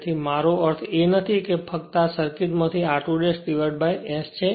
તેથી મારો અર્થ એ નથી કે આ ફક્ત આ સર્કિટમાંથી r2 S છે